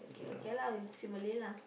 okay okay lah we speak Malay lah